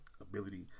ability